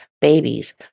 babies